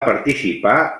participar